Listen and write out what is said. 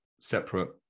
separate